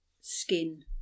skin